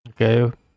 Okay